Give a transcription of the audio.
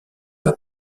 pas